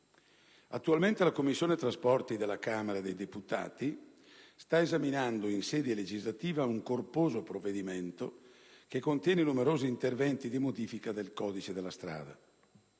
Attualmente la Commissione trasporti della Camera dei deputati sta esaminando, in sede legislativa, un corposo provvedimento che contiene numerosi interventi di modifica del codice della strada;